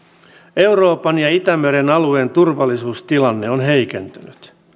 euroopan ja itämeren alueen turvallisuustilanne on heikentynyt